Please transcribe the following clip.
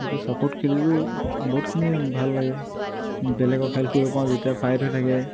সেইটো চাপৰ্ট খেলিলেও বহুতখিনি ভাল লাগে বেলেগৰ খেল কৰিব পাৰোঁ যেতিয়া ফাইট হৈ থাকে